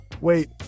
Wait